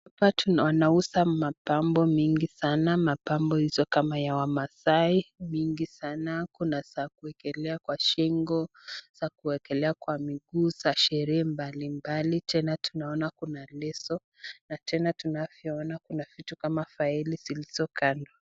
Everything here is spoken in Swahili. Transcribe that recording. Hapa wanauza mapambo mingi sana, mapambo hizo kama ya wamaasai, vitu vingi sana kuna za kuwekelea kwa shingo, za kuwekelea kwa miguu, za sherehe mbalimbali, tena tunaona kuna leso, na tena tunavyoona kuna vitu kama faili zilizokando.